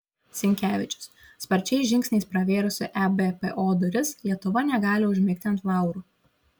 sinkevičius sparčiais žingsniais pravėrusi ebpo duris lietuva negali užmigti ant laurų